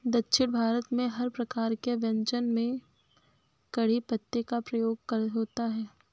दक्षिण भारत में हर प्रकार के व्यंजन में कढ़ी पत्ते का प्रयोग होता है